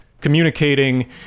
communicating